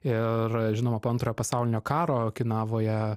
ir žinoma po antrojo pasaulinio karo okinavoje